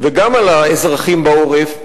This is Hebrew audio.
וגם על האזרחים בעורף,